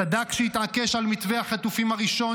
צדק כשהתעקש על מתווה החטופים הראשון,